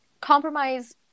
compromise